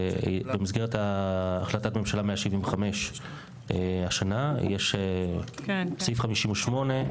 במסגרת החלטת ממשלה 175 השנה, יש את סעיף 58,